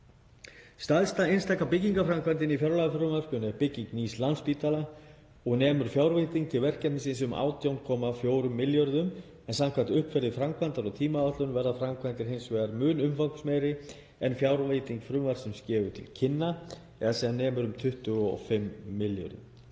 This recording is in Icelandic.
Stærsta einstaka byggingarframkvæmdin í fjárlagafrumvarpinu er bygging nýs Landspítala og nemur fjárveiting til verkefnisins um 18,4 milljörðum en samkvæmt uppfærðri framkvæmda- og tímaáætlun verða framkvæmdir hins vegar mun umfangsmeiri en fjárveiting frumvarpsins gefur til kynna eða sem nemur 25 milljörðum.